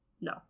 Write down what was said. No